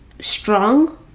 strong